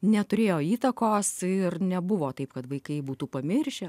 neturėjo įtakos ir nebuvo taip kad vaikai būtų pamiršę